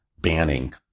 banning